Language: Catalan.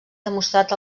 demostrat